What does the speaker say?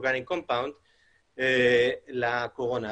--- לקורונה.